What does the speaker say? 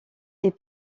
est